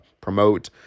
promote